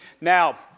Now